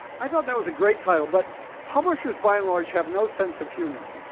i thought that was a great title, but publishers by and large have no sense of humor,